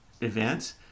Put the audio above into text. events